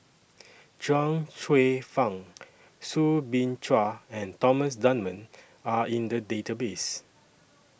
Chuang Hsueh Fang Soo Bin Chua and Thomas Dunman Are in The Database